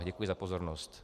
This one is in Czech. Děkuji za pozornost.